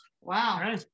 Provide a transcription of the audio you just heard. Wow